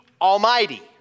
Almighty